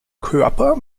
körper